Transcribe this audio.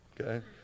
Okay